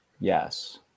Yes